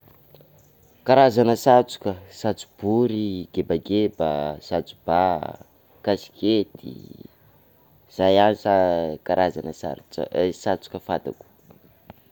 Karazana satroka: satrobory, gebageba, satroba, kasikety, zay ihany sa karazana sarot- satroka fantatro.